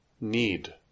need